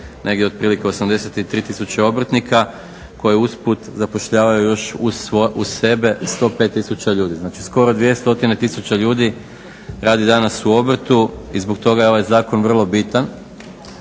negdje otprilike 83 tisuće obrtnika koje usput zapošljavaju još uz sebe 105 tisuća ljudi, znači skoro 2 stotine tisuća ljudi radi danas u obrtu. I zbog toga je ovaj Zakon vrlo bitan